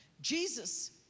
Jesus